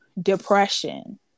depression